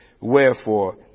wherefore